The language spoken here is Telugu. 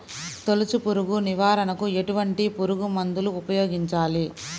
తొలుచు పురుగు నివారణకు ఎటువంటి పురుగుమందులు ఉపయోగించాలి?